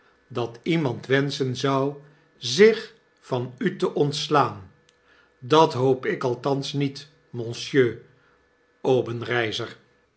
dat iemand wenschen zou zich van u te ontslaan dat hoop ik althans niet monsieur obenreizer